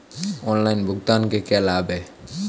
Online भुगतान के क्या लाभ हैं?